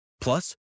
Plus